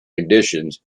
conditions